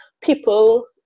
people